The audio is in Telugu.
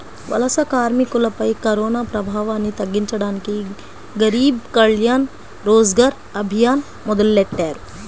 వలస కార్మికులపై కరోనాప్రభావాన్ని తగ్గించడానికి గరీబ్ కళ్యాణ్ రోజ్గర్ అభియాన్ మొదలెట్టారు